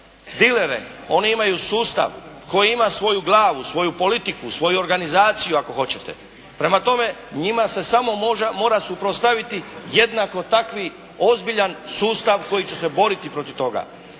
dilere. Oni imaju sustav koji ima svoju glavu, svoju politiku, svoju organizaciju ako hoćete. Prema tome njima se samo može, mora suprotstaviti jednako takvi ozbiljan sustav koji će se boriti protiv toga.